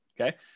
Okay